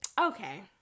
okay